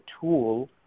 tool